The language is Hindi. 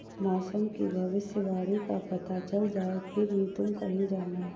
मौसम की भविष्यवाणी का पता चल जाए फिर ही तुम कहीं जाना